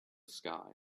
sky